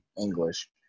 English